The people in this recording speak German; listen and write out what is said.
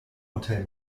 hotel